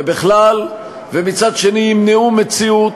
ובכלל, ומצד שני ימנעו מציאות